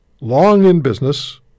long-in-business